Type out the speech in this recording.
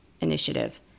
Initiative